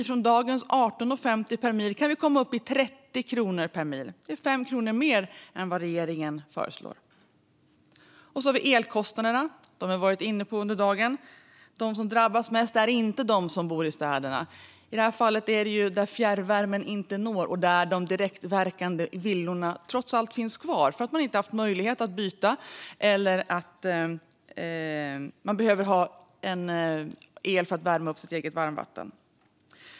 Från dagens 18,50 per mil kan vi komma upp i 30 kronor per mil. Det är 5 kronor mer än vad regeringen föreslår. Elkostnaderna har vi varit inne på under dagen. De som drabbas mest är inte de som bor i städerna utan, i detta fall, de som bor där dit fjärrvärmen inte når och där villorna med direktverkande el trots allt finns kvar, eftersom man inte har haft möjlighet att byta eller eftersom man behöver ha el för att värma upp sitt eget varmvatten.